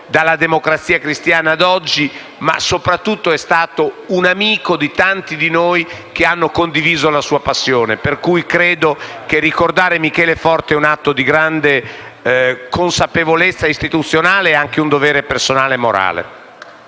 dalla Democrazia cristiana ad oggi, ma soprattutto è stato un amico di tanti di noi che hanno condiviso la sua passione. Per questo credo che ricordare Michele Forte rappresenti un atto di grande consapevolezza istituzionale e anche un dovere personale e morale.